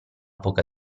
poca